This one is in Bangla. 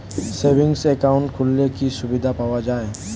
সেভিংস একাউন্ট খুললে কি সুবিধা পাওয়া যায়?